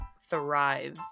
thrive